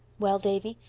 well, davy,